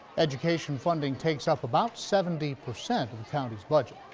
education funding takes up about seventy percent and county's budget.